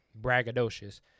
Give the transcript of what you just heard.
braggadocious